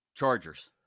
Chargers